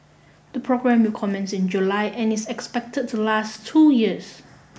the programme will commence in July and is expect to last two years